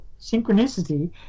synchronicity